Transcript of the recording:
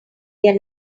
their